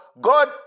God